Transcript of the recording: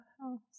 house